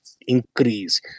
increase